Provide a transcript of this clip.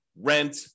rent